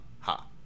ha